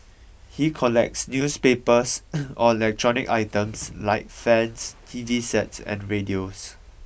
he collects newspapers or electronic items like fans T V sets and radios